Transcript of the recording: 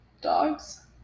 dogs